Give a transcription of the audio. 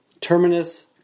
Terminus